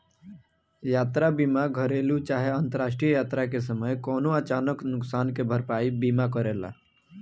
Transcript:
यात्रा बीमा घरेलु चाहे अंतरराष्ट्रीय यात्रा के समय कवनो अचानक नुकसान के भरपाई बीमा करेला